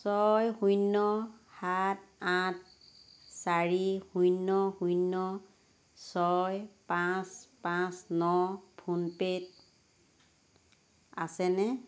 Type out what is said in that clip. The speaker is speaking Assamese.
ছয় শূন্য সাত আঠ চাৰি শূন্য শূন্য ছয় পাঁচ পাঁচ ন ফোন পে'ত আছেনে